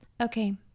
okay